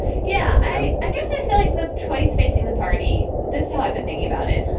yeah, i i guess i feel like the choice facing the party this so i've been thinking about it.